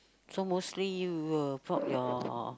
so mostly you will bought your